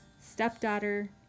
stepdaughter